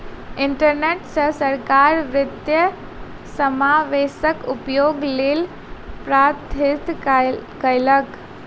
internet सॅ सरकार वित्तीय समावेशक उपयोगक लेल प्रोत्साहित कयलक